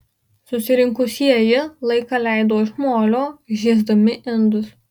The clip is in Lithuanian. susirinkusieji laiką leido iš molio žiesdami indus